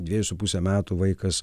dviejų su puse metų vaikas